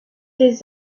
des